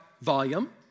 volume